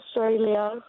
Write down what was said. Australia